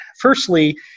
Firstly